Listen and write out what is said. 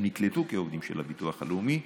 הם נקלטו כעובדים של הביטוח הלאומי,